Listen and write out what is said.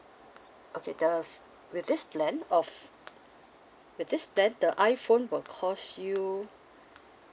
okay the with this plan of with this plan the iphone will cost you